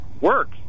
work